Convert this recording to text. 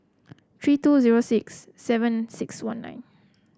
three two zero six seven six one nine